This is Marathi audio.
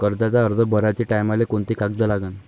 कर्जाचा अर्ज भराचे टायमाले कोंते कागद लागन?